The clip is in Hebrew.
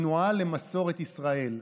התנועה למסורת ישראל.